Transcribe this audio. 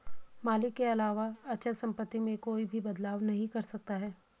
मालिक के अलावा अचल सम्पत्ति में कोई भी बदलाव नहीं कर सकता है